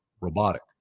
robotic